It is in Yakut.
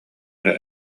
эрэ